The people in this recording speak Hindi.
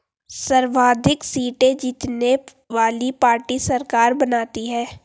सर्वाधिक सीटें जीतने वाली पार्टी सरकार बनाती है